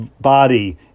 body